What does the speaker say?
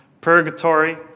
purgatory